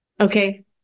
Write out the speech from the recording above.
Okay